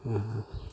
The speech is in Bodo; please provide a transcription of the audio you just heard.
ओहो